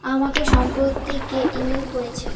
আমাকে সম্প্রতি কে ইমেল করেছে